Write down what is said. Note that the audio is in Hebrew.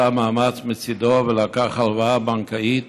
עשה מאמץ מצידו ולקח הלוואה בנקאית